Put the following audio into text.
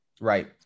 Right